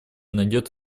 найдет